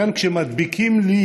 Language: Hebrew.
ולכן כשמדביקים לי